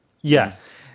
Yes